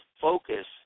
focus